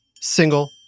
single